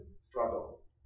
struggles